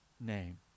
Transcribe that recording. name